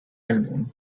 álbum